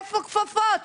איפה כפפות?